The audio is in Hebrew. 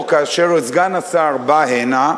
או כאשר סגן השר בא הנה,